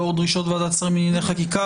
לאור הדרישות של ועדת השרים לענייני חקיקה,